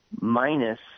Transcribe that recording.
minus –